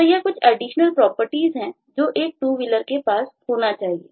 तो यह कुछ एडिशनल प्रॉपर्टीज हैं जो एक TwoWheeler के पास होना चाहिए